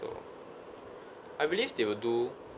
so I believe they will do